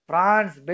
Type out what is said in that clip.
France